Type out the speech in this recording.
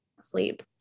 sleep